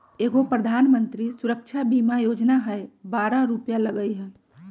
एगो प्रधानमंत्री सुरक्षा बीमा योजना है बारह रु लगहई?